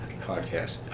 podcast